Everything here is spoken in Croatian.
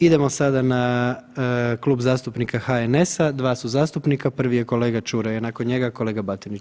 Idemo sada na Klub zastupnika HNS-a dva su zastupnika, prvi je kolega Čuraj, nakon njega kolega Batinić.